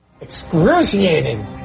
Excruciating